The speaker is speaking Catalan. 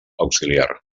auxiliar